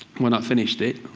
when i finished it,